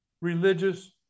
religious